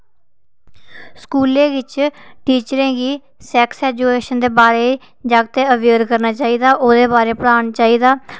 स्कूले बिच टीचरें गी सैक्स एजुकेशन दे बारे जागतें अवेयर करना चाहिदा ओह्दे बारे पढ़ाना चाहिदा